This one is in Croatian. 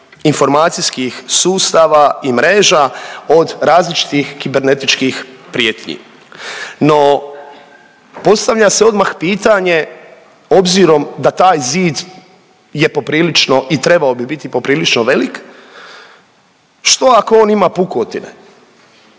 informacijskih sustava i mreža od različitih kibernetičkih prijetnji. No postavlja se odmah pitanje, obzirom da taj zid je poprilično i trebao bi biti poprilično velik, što ako on ima pukotine?